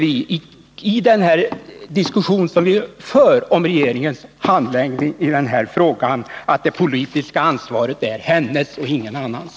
I den diskussion som vi för om regeringens handläggning av den här frågan anser vi därför att det politiska ansvaret är Karin Söders och ingen annans.